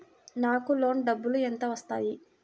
నాకు లోన్ డబ్బులు ఎంత వస్తాయి?